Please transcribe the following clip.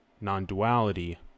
non-duality